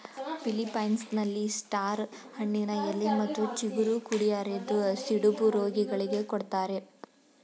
ಫಿಲಿಪ್ಪೈನ್ಸ್ನಲ್ಲಿ star ಹಣ್ಣಿನ ಎಲೆ ಮತ್ತು ಚಿಗುರು ಕುಡಿ ಅರೆದು ಸಿಡುಬು ರೋಗಿಗಳಿಗೆ ಕೊಡ್ತಾರೆ